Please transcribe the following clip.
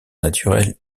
naturelle